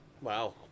Wow